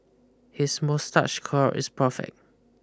his moustache curl is perfect